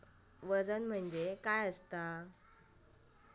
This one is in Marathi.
वजन म्हणजे काय असता?